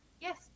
Yes